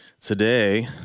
Today